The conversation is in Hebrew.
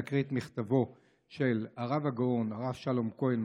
להקריא את מכתבו של הרב הגאון הרב שלום כהן,